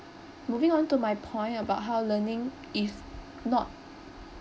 moving on to my point about how learning is not